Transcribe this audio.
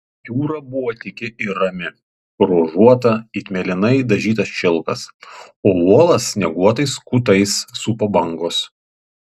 jūra buvo tyki ir rami ruožuota it mėlynai dažytas šilkas o uolas snieguotais kutais supo bangos